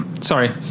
Sorry